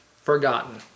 forgotten